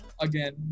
again